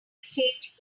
exchange